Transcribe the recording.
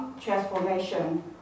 transformation